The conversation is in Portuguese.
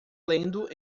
lendo